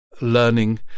learning